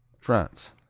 france